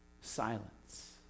silence